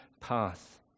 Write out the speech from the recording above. path